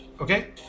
Okay